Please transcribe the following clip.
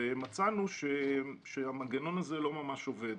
ומצאנו שהמנגנון הזה לא ממש עובד.